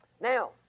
Now